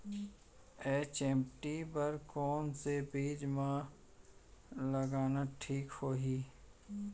HMT बर कौन से बीज मा लगाना ठीक होही?